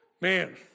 man